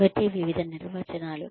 కాబట్టి వివిధ నిర్వచనాలు